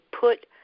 put